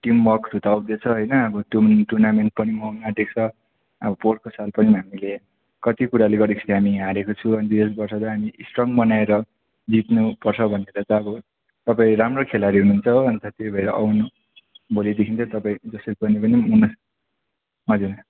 teamwork छुटाउँदैछ होइन अब टुर्नामेन्ट पनि आउनु आँटेको छ अब पोहोरको साल पनि हामीले कति कुराले गर्दाखेरि हामी हारेको छु अन्त यस वर्ष चाहिँ हामी स्ट्रङ बनाएर जित्नुपर्छ भनेर चाहिँ अब तपाईँ राम्रो खेलाडी हुनुहुन्छ हो अन्त त्यही भएर आउनु भोलिदेखि चाहिँ तपाईँ जसरी भने पनि आउनु न हजुर